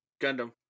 Gundam